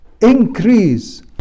increase